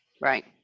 right